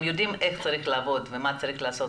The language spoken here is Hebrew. הם יודעים איך צריך לעבוד ומה צריך לעשות.